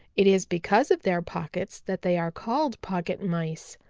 it is because of their pockets that they are called pocket mice.